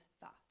thoughts